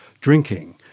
drinking